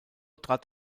trat